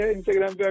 Instagram